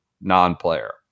non-player